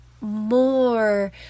more